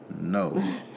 No